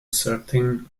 certain